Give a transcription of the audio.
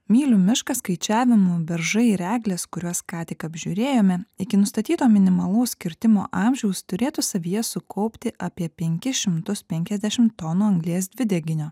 myliu mišką skaičiavimu beržai ir eglės kurios ką tik apžiūrėjome iki nustatyto minimalaus kirtimo amžiaus turėtų savyje sukaupti apie penkis šimtus penkiasdešimt tonų anglies dvideginio